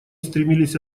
стремились